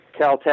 Caltech